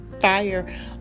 fire